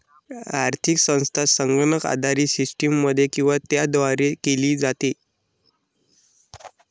आर्थिक संस्था संगणक आधारित सिस्टममध्ये किंवा त्याद्वारे केली जाते